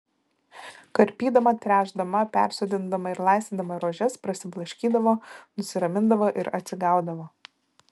karpydama tręšdama persodindama ir laistydama rožes prasiblaškydavo nusiramindavo ir atsigaudavo